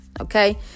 Okay